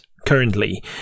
currently